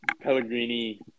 Pellegrini